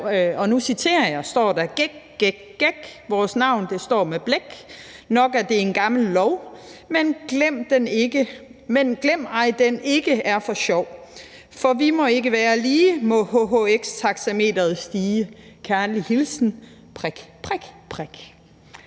og nu citerer jeg: Gæk, gæk, gæk, vores navn, det står med blæk; nok er det en gammel lov, men glem ej, at den ikke er for sjov; for vi må ikke være lige, må hhx-taxameteret stige; kærlig hilsen prik, prik, prik.